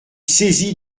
saisi